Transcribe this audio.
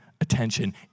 attention